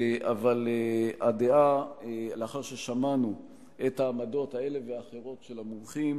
אבל לאחר ששמענו את העמדות האלה והאחרות של המומחים,